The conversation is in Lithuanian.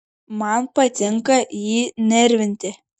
man patinka jį nervinti